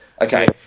okay